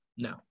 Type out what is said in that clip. No